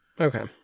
Okay